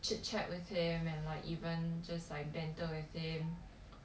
chit chat with him and like even just like banter with him